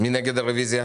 מי נגד?